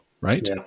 right